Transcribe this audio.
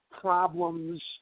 problems